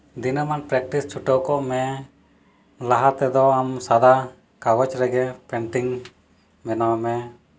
ᱫᱤᱱᱟᱹᱢᱟᱱ practice ᱪᱷᱩᱴᱟᱹᱣ ᱠᱚᱜ ᱢᱮ ᱞᱟᱦᱟ ᱛᱮᱫᱚ ᱟᱢ ᱥᱟᱫᱟ ᱠᱟᱜᱚᱡᱽ ᱨᱮᱜᱮ ᱯᱮᱱᱴᱤᱝ ᱵᱮᱱᱟᱣ ᱢᱮ